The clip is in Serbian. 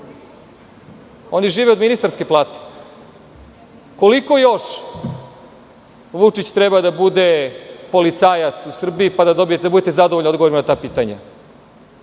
Oni žive od ministarske plate. Koliko još Vučić treba da bude policajac u Srbiji, pa da budete zadovoljni odgovorima na ta pitanja?